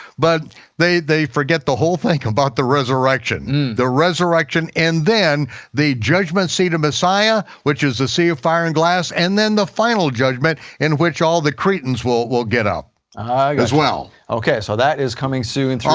but they they forget the whole thing about the resurrection. the resurrection, and then the judgment seat of messiah, which is the sea of fire and glass, and then the final judgment, in which all the cretins will will get up ah as well. okay, so that is coming soon though the chart.